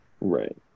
Right